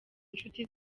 inshuti